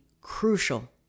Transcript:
crucial